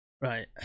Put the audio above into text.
Right